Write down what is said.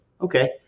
Okay